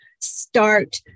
start